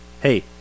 Hey